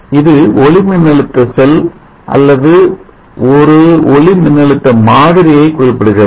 இது ஒளி மின்னழுத்த செல் அல்லது ஒரு ஒளிமின்னழுத்த மாதிரியை குறிப்பிடுகிறது